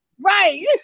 right